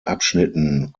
abschnitten